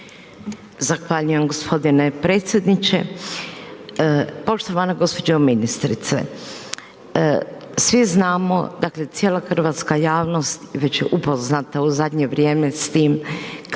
Zahvaljujem gospodine predsjedniče. Poštovana gospođo ministrice, svi znamo, dakle cijela hrvatska javnost već je upoznata u zadnje vrijeme s tim kako